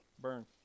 Burn